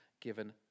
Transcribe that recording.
given